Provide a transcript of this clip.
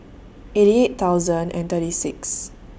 eighty eight thousand and thirty six